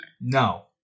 No